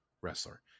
wrestler